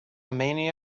mania